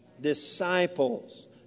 Disciples